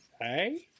Hey